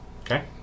Okay